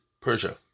Persia